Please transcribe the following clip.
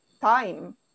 time